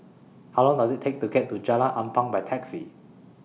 How Long Does IT Take to get to Jalan Ampang By Taxi